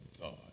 God